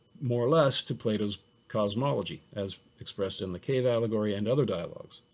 more or less to plato's cosmology, as expressed in the cave allegory and other dialogues.